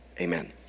amen